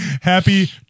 happy